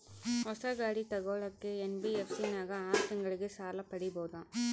ಹೊಸ ಗಾಡಿ ತೋಗೊಳಕ್ಕೆ ಎನ್.ಬಿ.ಎಫ್.ಸಿ ನಾಗ ಆರು ತಿಂಗಳಿಗೆ ಸಾಲ ಪಡೇಬೋದ?